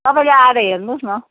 तपाईँले आएर हेर्नुहोस् न